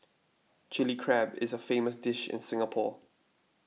Chilli Crab is a famous dish in Singapore